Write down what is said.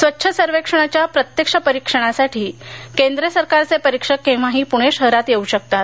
स्वच्छ सर्वेक्षणाच्या प्रत्यक्ष परीक्षणासाठी केंद्र सरकारचे परीक्षक केव्हाही पुणे शहरात येऊ शकतात